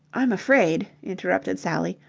i'm afraid, interrupted sally,